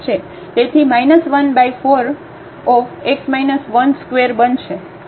તો આપણી પાસે અહીં 12x 1 છે ફરીથી આપણી પાસે ½ અને y 1 1 2 અને f xx નો અડધો ભાગ છે